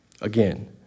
Again